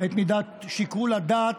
את מידת שיקול הדעת.